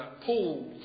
Paul